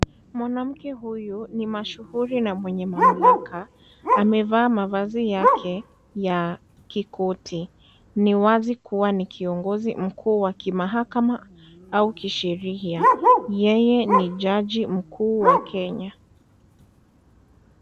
Mwanamke huyu ni mashuhuri na mwenye mamlaka amevaa mavazi yake ya kikoti, ni wazi kuwa ni kiongozi mkuu wa kimahakama au kisheria yeye ni jaji mkuu wa Kenya.